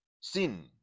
Sin